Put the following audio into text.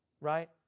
right